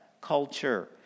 culture